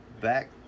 back